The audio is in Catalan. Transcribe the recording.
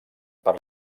per